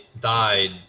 died